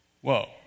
Whoa